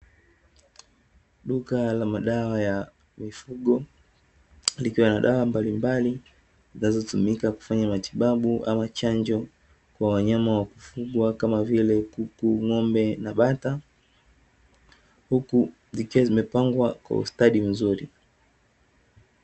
Duka la madawa ya mifugo, likiwa na dawa mbalimbali zinazotumika kufanya matibabu ama chanjo kwa wanyama wakufugwa kama vile kuku, ng'ombe, na bata huku zikiwa zimepangwa kwa ustadi mzuri.